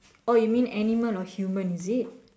orh you mean animal or human is it